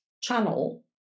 channel